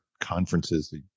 conferences